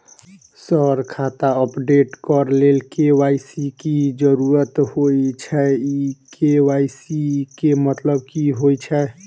Sir खाता update करऽ लेल के.वाई.सी की जरुरत होइ छैय इ के.वाई.सी केँ मतलब की होइ छैय?